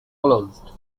closed